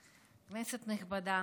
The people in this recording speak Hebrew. כנסת נכבדה,